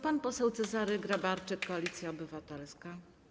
Pan poseł Cezary Grabarczyk, Koalicja Obywatelska.